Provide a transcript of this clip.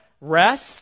rest